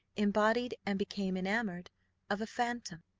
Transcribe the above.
embodied and became enamoured of a phantom.